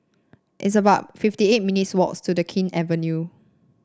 it's about fifty eight minutes' walk to the King Avenue